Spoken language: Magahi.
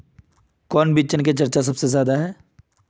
कौन बिचन के चर्चा सबसे ज्यादा है?